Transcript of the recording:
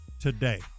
today